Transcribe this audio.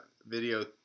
video